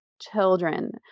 children